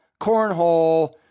cornhole